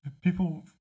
People